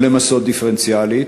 לא למסות דיפרנציאלית?